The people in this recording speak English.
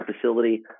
facility